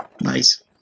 Nice